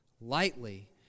lightly